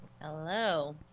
Hello